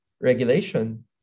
regulation